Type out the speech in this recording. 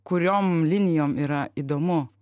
kuriom linijom yra įdomu